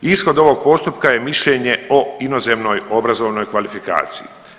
Ishod ovog postupka je mišljenje o inozemnoj obrazovnoj kvalifikaciji.